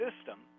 system